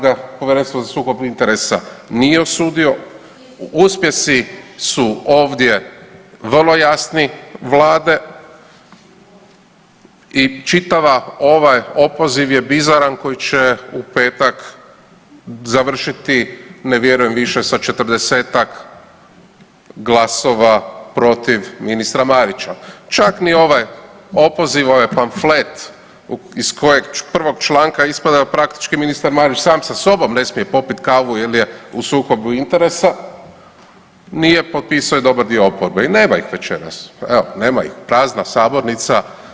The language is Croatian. ga Povjerenstvo za sukob interesa nije osudio, uspjesi su ovdje vrlo jasni vlade i čitava ovaj opoziv je bizaran koji će u petak završiti ne vjerujem više sa 40-tak glasova protiv ministra Marića, čak ni ovaj opoziv, ovaj pamflet iz kojeg prvog članka ispada da praktički ministar Marić sam sa sobom ne smije popiti kavu jer je u sukobu interesa nije potpisao je dobar dio oporbe i nema ih večeras, evo nema ih, prazna sabornica.